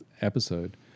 episode